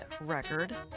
record